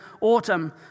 autumn